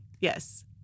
Yes